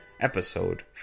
episode